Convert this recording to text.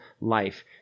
life